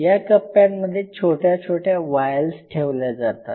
या कप्प्यांमध्ये छोट्या छोट्या वायल्स ठेवल्या जातात